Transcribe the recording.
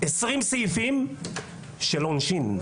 20 סעיפים של עונשין.